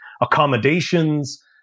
accommodations